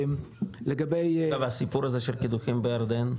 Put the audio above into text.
לגבי --- והסיפור הזה של קידוחים בירדן?